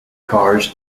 cars